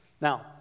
Now